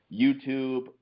YouTube